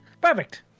perfect